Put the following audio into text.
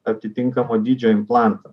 atitinkamo dydžio implantų